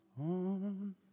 on